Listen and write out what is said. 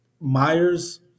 Myers